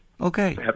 Okay